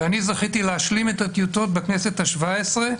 ואני זכיתי להשלים את הטיוטות בכנסת ה-17,